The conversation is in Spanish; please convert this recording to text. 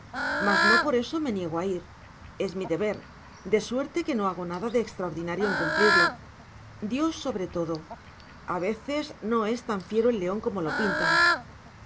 mas no por eso me niego a ir es mi deber de suerte que no hago nada de extraordinario en cumplirlo dios sobre todo a veces no es tan fiero el león como lo pintan